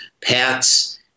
pets